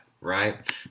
right